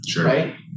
right